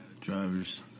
drivers